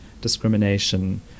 discrimination